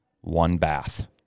one-bath